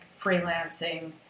freelancing